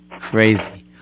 crazy